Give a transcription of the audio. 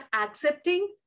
accepting